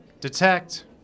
Detect